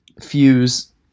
fuse